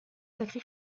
sacré